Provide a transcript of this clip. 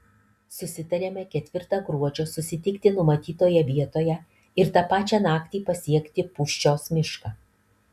susitariame ketvirtą gruodžio susitikti numatytoje vietoje ir tą pačią naktį pasiekti pūščios mišką